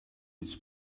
its